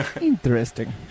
Interesting